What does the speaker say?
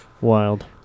Wild